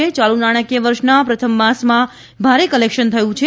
યાલુ નાણાકીય વર્ષના પ્રથમ માસમાં ભારે કલેક્શન થયું છે